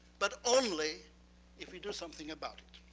but only if we do something about it.